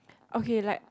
okay like